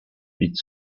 its